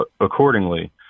accordingly